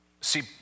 See